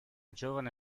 giovane